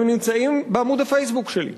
הם נמצאים בעמוד ה"פייסבוק" שלי.